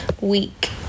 week